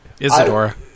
Isadora